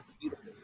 beautiful